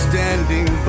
Standing